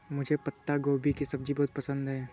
मुझे पत्ता गोभी की सब्जी बहुत पसंद है